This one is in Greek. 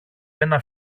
ένα